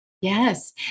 Yes